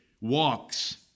walks